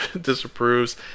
disapproves